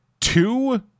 two